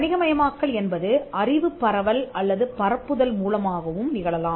வணிக மயமாக்கல் என்பது அறிவு பரவல் அல்லது பரப்புதல் மூலமாகவும் நிகழலாம்